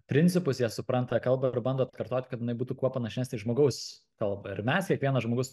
principus jie supranta kalbą ir bando atkartoti kad nebūtų kuo panašesnė į žmogaus kalbą ir mes kiekvienas žmogus